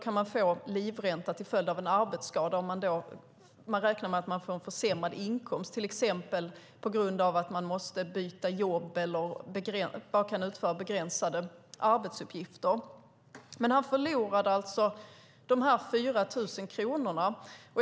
Man kan få livränta till följd av en arbetsskada om man räknar med att man får en försämrad inkomst till exempel på grund av att man måste byta jobb eller bara kan utföra begränsade arbetsuppgifter. Han förlorade alltså de här 4 000 kronorna.